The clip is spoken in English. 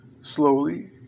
slowly